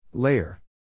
Layer